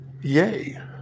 yay